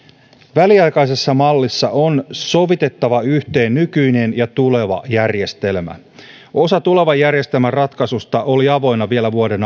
väliaikaisessa mallissa on sovitettava yhteen nykyinen ja tuleva järjestelmä osa tulevan järjestelmän ratkaisusta oli avoinna vielä vuoden